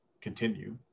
continue